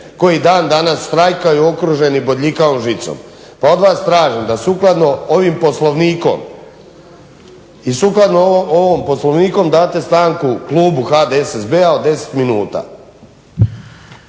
koji dan danas štrajkaju okruženi bodljikavom žicom. Pa od vas tražim da sukladno ovom Poslovniku date stanku klubu HDSSB-a od 10 minuta.